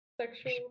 sexual